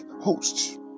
hosts